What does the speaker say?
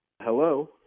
Hello